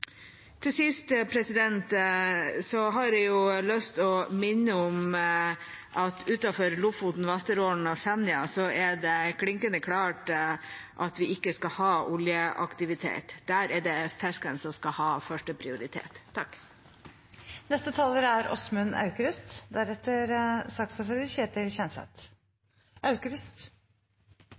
har jeg lyst til å minne om at utenfor Lofoten, Vesterålen og Senja er det klinkende klart at vi ikke skal ha oljeaktivitet: Der er det fisken som skal ha førsteprioritet. I går kveld ble Norge valgt inn i Sikkerhetsrådet, og det er